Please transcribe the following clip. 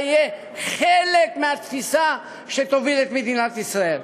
יהיה חלק מהתפיסה שתוביל את מדינת ישראל.